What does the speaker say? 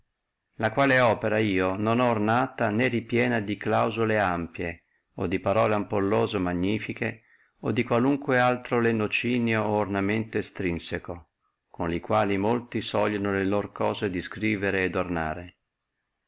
la quale opera io non ho ornata né ripiena di clausule ample o di parole ampullose e magnifiche o di qualunque altro lenocinio o ornamento estrinseco con li quali molti sogliono le loro cose descrivere et ornare